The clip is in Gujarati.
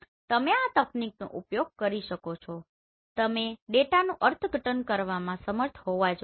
તમે આ તકનીકનો ઉપયોગ કરી શકો છો તમે ડેટાનું અર્થઘટન કરવામાં સમર્થ હોવા જોઈએ